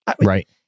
Right